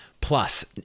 Plus